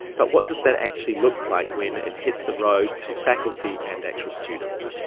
but what does that actually look like when it hits the road to faculty and actual students?